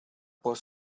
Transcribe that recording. por